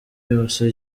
yose